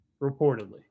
reportedly